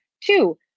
Two